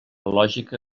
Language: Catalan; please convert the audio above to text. lògica